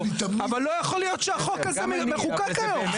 אבל לא יכול להיות שהחוק הזה מחוקק היום.